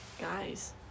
guys